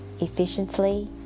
efficiently